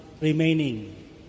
remaining